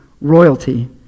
royalty